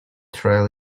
trail